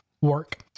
work